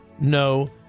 no